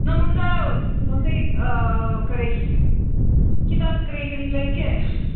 ꯅꯪꯉꯣꯟꯗ ꯍꯧꯖꯤꯛ ꯀꯔꯤ ꯍꯤꯗꯥꯛ ꯀꯔꯤ ꯀꯔꯤ ꯂꯩꯒꯦ